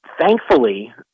Thankfully